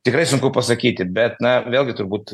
tikrai sunku pasakyti bet na vėlgi turbūt